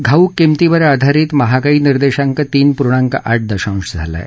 घाऊक किंमतीवर आधारित महागाई निर्देशांक तीन पूर्णांक आठ दशांश झाला आहे